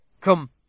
Come